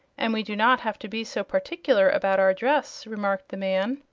and we do not have to be so particular about our dress, remarked the man.